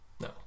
No